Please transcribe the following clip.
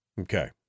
Okay